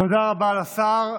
תודה רבה לשר.